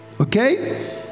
Okay